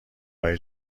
های